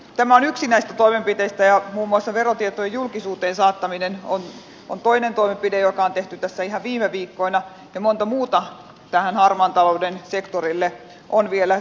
tämä on yksi näistä toimenpiteistä ja muun muassa verotietojen julkisuuteen saattaminen on toinen toimenpide joka on tehty tässä ihan viime viikkoina ja monta muuta tähän harmaan talouden sektorille on vielä esityksinä tulossa